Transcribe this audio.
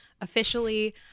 officially